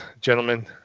gentlemen